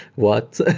what?